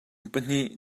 pahnih